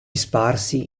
sparsi